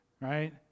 right